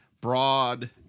broad